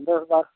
दस बारह